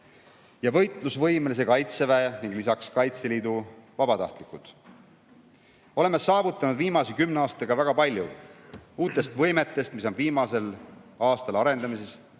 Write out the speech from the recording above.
ja võitlusvõimelise Kaitseväe ning lisaks Kaitseliidu vabatahtlikud. Oleme saavutanud viimase kümne aastaga väga palju. Uutest võimetest, mis on viimasel aastal arendamises või